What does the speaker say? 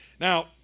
Now